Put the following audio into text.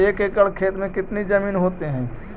एक एकड़ खेत कितनी जमीन होते हैं?